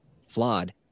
flawed